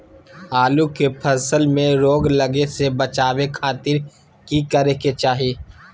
आलू के फसल में रोग लगे से बचावे खातिर की करे के चाही?